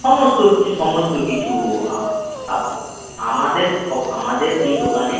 সমস্ত কিছু সমস্ত কিছু আপ আমাদের সো আমাদের এই দোকানে